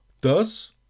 Thus